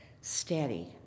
steady